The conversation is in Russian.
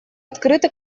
открыты